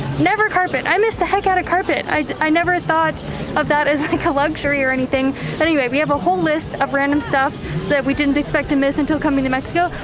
never carpet. i miss the heck out of carpet. i never thought of that as like a luxury or anything. but anyway, we have a whole list of random stuff that we didn't expect to miss until coming to mexico.